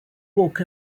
walk